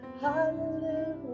hallelujah